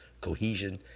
cohesion